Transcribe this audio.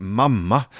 mamma